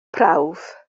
prawf